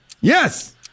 Yes